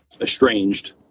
estranged